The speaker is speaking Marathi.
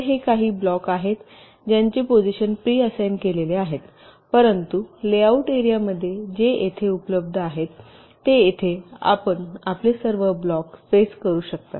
तर हे काही ब्लॉक आहेत ज्यांचे पोजिशन प्री असाईन केलेले आहेत परंतु लेआउट एरियामध्ये जे येथे उपलब्ध आहेत ते येथे आपण आपले सर्व ब्लॉक प्लेस करू शकता